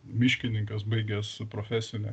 miškininkas baigęs profesinę